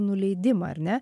nuleidimą ar ne